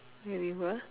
where we were